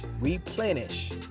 replenish